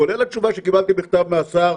כולל התשובה שקיבלתי בכתב מהשר: